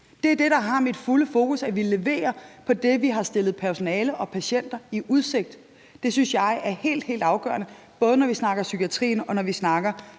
Det er det, der har mit fulde fokus, altså at vi leverer på det, som vi har stillet personalet og patienterne i udsigt. Det synes jeg er helt, helt afgørende, både når vi snakker psykiatrien, og når vi snakker